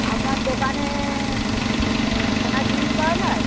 আপনার দোকানে সোনার জিনিস পাওয়া যায়